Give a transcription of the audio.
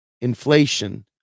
Inflation